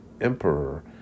emperor